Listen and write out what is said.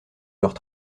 leurs